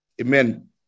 Amen